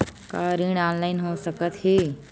का ऋण ऑनलाइन हो सकत हे?